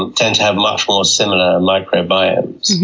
and tend to have much more similar microbiomes.